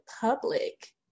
public